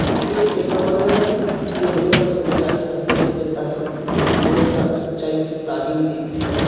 یہ ایک ایسا مذہب ہے جو ہمیشہ سچائی کا درس دیتا ہے ہمیشہ سچائی کی تعلیم دیتی ہے